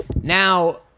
Now